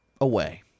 away